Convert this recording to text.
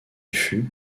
fut